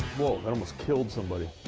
whoa, that almost killed somebody.